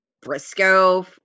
Briscoe